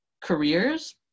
careers